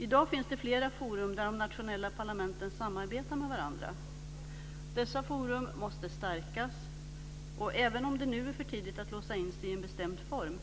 I dag finns det flera forum där de nationella parlamenten samarbetar med varandra. Dessa forum måste stärkas, och även om det nu är för tidigt att låsa sig i en bestämd form